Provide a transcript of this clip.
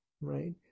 Right